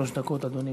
שלוש דקות, אדוני.